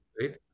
right